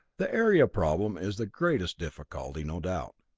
the area problem is the greatest difficulty, no doubt.